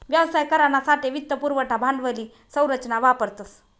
व्यवसाय करानासाठे वित्त पुरवठा भांडवली संरचना वापरतस